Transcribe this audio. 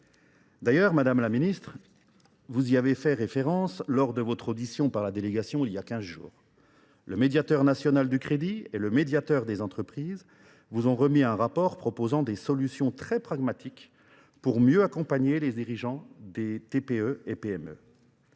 D'ailleurs Madame la Ministre, vous y avez fait référence lors de votre audition par la délégation il y a 15 jours. Le médiateur national du crédit et le médiateur des entreprises vous ont remis un rapport proposant des solutions très pragmatiques pour mieux accompagner les dirigeants des TPE et PME.